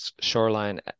shoreline